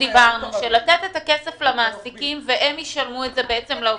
לתת את הכסף למעסיקים והם ישלמו את זה לעובדים.